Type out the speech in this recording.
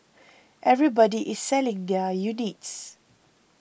everybody is selling their units